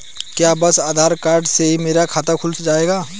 क्या बस आधार कार्ड से ही मेरा खाता खुल जाएगा?